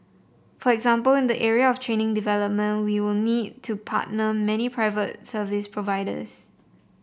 for example in the area of training development we will need to partner many private service providers